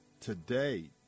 today